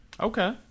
Okay